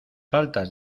faltas